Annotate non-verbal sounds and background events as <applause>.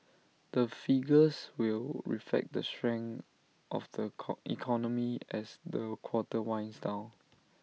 the figures will reflect the strength of the <unintelligible> economy as the quarter winds down